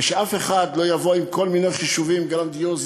ושאף אחד לא יבוא עם כל מיני חישובים גרנדיוזיים